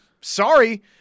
sorry